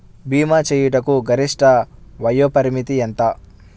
భీమా చేయుటకు గరిష్ట వయోపరిమితి ఎంత?